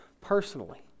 personally